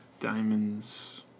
Diamonds